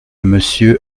monsieur